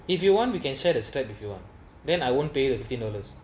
if you want we can share the strap with you want then I won't pay the fifteen dollars